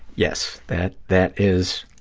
yes, that that is,